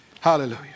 Hallelujah